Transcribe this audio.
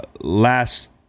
last